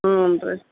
ಹ್ಞೂ ರೀ